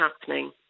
happening